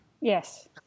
Yes